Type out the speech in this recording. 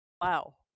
wow